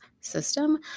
system